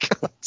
God